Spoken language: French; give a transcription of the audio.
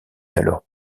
alors